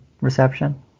reception